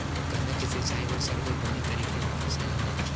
गन्ना के सिंचाई बर सबले बने तरीका कोन से हवय?